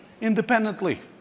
independently